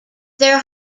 their